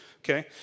okay